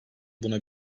buna